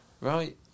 right